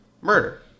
murder